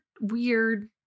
weird